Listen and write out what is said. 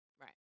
Right